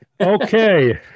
Okay